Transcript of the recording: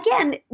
again